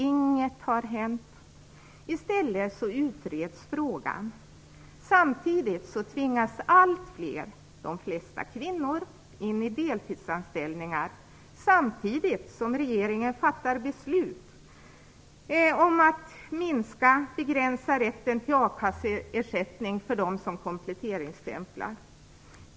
Inget har hänt, utan i stället utreds frågan. Allt fler, de flesta kvinnor, tvingas till deltidsanställningar. Samtidigt fattar regeringen beslut om att minska rätten till akasseersättning för dem som kompletteringsstämplar.